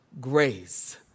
grace